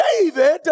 David